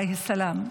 עליו השלום.